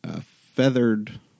feathered